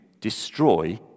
destroy